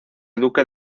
duque